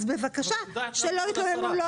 אז בבקשה, שלא יתלוננו.